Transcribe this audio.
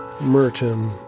Merton